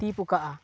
ᱛᱤ ᱯᱷᱚᱠᱟᱜᱼᱟ